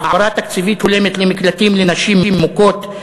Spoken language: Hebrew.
העברה תקציבית הולמת למקלטים לנשים מוכות,